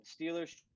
Steelers